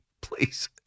Please